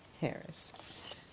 Harris